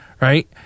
right